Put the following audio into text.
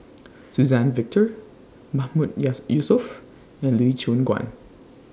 Suzann Victor Mahmood Yes Yusof and Lee Choon Guan